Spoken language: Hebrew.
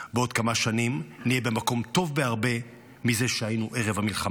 בעוד כמה שנים נהיה במקום טוב בהרבה מזה שהיינו בו ערב המלחמה.